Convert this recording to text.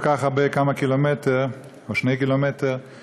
כמה קילומטרים, 2 קילומטרים או משהו כזה.